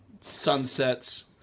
sunsets